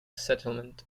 settlement